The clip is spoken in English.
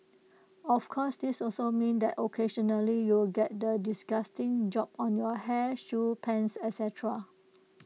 of course this also means that occasionally you'll get that disgusting job on your hair shoes pants ET cetera